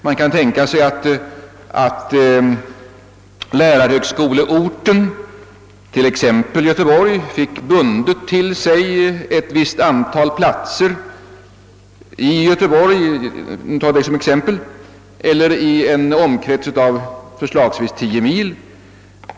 Man kan tänka sig att t.ex. lärarhögskoleorten Göteborg får ett visst antal platser bundna till sig i Göteborg eller inom en omkrets av förslagsvis tio mil.